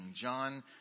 John